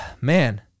man